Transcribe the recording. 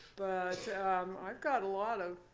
so i've got a lot of